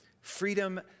Freedom